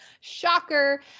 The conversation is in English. Shocker